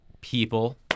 people